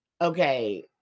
okay